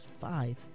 five